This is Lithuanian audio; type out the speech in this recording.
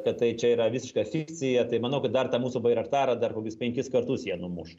kad tai čia yra visiška fikcija tai manau kad dar tą mūsų bairaktarą dar kokius penkis kartus jie numuš